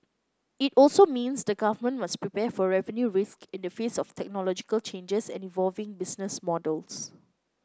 it also means the government must prepare for revenue risks in the face of technological changes and evolving business models